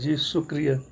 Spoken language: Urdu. جی شکریہ